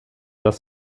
das